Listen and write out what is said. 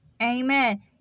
Amen